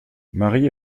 marie